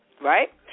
Right